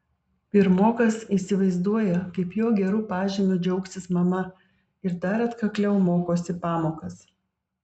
pirmokas įsivaizduoja kaip jo geru pažymiu džiaugsis mama ir dar atkakliau mokosi pamokas